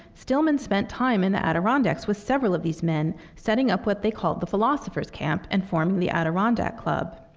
stillman spent time in the adirondacks with several of these men, setting up what they called the philosopher's camp and formed the adirondack club.